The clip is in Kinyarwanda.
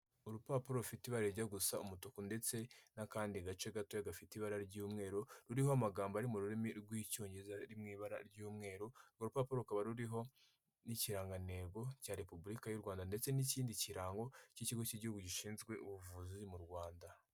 Urupapuro rufite ibara rijya gusa umutuku ndetse n'akandi gace gatoya gafite ibara ry'umweru ruriho amagambo ari mu rurimi rw'icyongereza mu ibara ry'umweru, urupapuro rukaba ruriho n'ikirango cya Repubulika y'u Rwanda ndetse n'ikindi kirango cy'ikigo cy'igihugu gishinzwe ubuvuzi mu Rwanda.